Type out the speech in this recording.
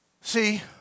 See